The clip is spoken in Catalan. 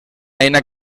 eina